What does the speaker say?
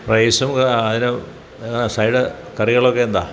റൈസും അതില് സൈഡ് കറികളൊക്കെയെന്താണ്